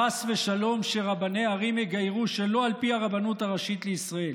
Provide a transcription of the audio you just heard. חס ושלום שרבני ערים יגיירו שלא על פי הרבנות הראשית לישראל,